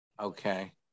Okay